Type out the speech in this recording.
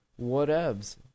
whatevs